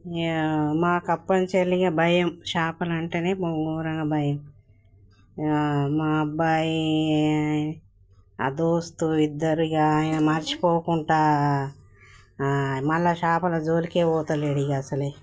మాకు అప్పటి నుండి ఇక భయం చేపలంటేనే బాగా భయం మా అబ్బాయి ఆ దోస్తు ఇద్దరు ఇక ఆయన మర్చిపోకుండా మళ్ళీ చేపల జోలికే పోవడం లేదు ఇక అసలే